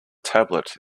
tablet